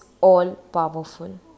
all-powerful